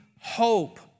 hope